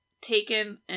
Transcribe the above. taken